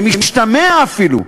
במשתמע אפילו,